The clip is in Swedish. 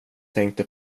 tänkte